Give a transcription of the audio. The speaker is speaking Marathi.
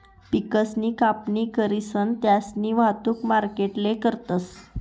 पिकसनी कापणी करीसन त्यास्नी वाहतुक मार्केटले करतस